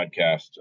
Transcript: podcast